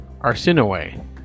Arsinoe